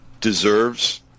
deserves